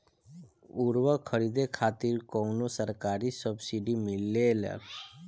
उर्वरक खरीदे खातिर कउनो सरकारी सब्सीडी मिलेल?